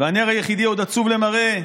והנר היחידי עוד עצוב למראה.